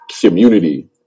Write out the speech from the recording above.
community